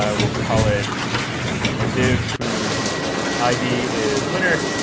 um we'll call it a div whose id is winner,